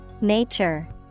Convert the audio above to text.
Nature